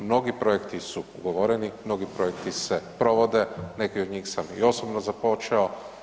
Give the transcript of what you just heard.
Mnogi projekti su ugovoreni, mnogi projekti se provode, neke od njih sam i osobno započeo.